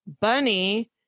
Bunny